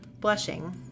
Blushing